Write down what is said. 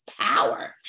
power